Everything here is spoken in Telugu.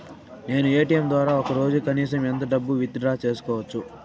నేను ఎ.టి.ఎం ద్వారా ఒక రోజుకి కనీసం ఎంత డబ్బును విత్ డ్రా సేసుకోవచ్చు?